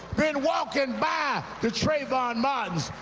been walking by the trayvon martins,